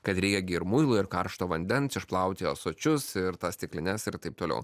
kad riegi ir muilu ir karšto vandens išplauti ąsočius ir tas stiklines ir taip toliau